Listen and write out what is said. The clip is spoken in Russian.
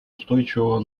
устойчивого